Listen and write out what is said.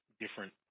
different